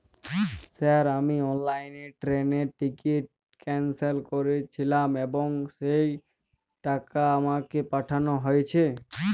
Sir আমি অনলাইনে ট্রেনের টিকিট ক্যানসেল করেছিলাম এবং সেই টাকা আমাকে পাঠানো হয়েছে?